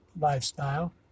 lifestyle